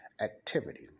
activity